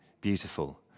beautiful